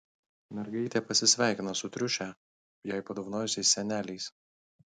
mergaitė pasisveikina su triušę jai padovanojusiais seneliais